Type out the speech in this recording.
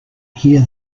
hear